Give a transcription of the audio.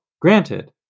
Granted